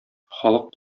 халык